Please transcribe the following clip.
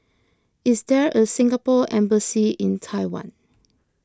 is there a Singapore Embassy in Taiwan